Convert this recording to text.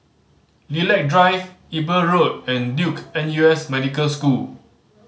Lilac Drive Eber Road and Duke N U S Medical School